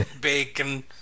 bacon